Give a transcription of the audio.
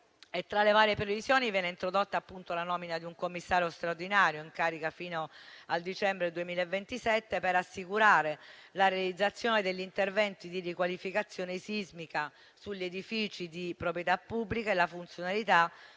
Tra le varie previsioni, viene introdotta la nomina di un commissario straordinario, in carica fino al dicembre 2027, per assicurare la realizzazione degli interventi di riqualificazione sismica sugli edifici di proprietà pubblica e la funzionalità